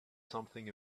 something